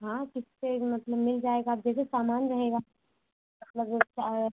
हाँ किश्त पर मतलब मिल जाएगा अब जैसे सामान रहेगा